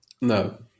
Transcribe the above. No